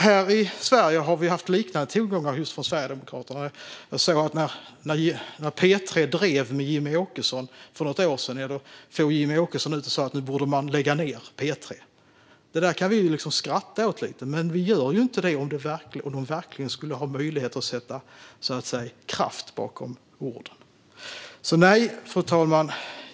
Här i Sverige har vi haft liknande tongångar från just Sverigedemokraterna. Jag såg att när P3 drev med Jimmie Åkesson för något år sedan for Jimmie Åkesson ut och sa att man borde lägga ned P3. Det kan vi ju skratta lite åt, men om Sverigedemokraterna verkligen hade möjlighet att sätta kraft bakom orden skulle vi inte skratta. Fru talman!